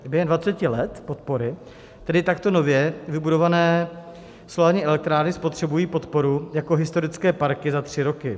Během dvaceti let podpory tedy takto nově vybudované solární elektrárny spotřebují podporu jako historické parky za tři roky.